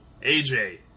AJ